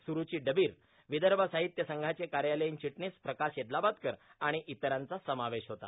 सुरूची डबीर विदर्भ साहित्यसंघाचे कार्यालयीन चिटणीस प्रकाश एदलाबादकर आणि इतरांचाही समावेश होता